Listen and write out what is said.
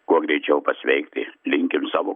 kuo greičiau pasveikti linkim savo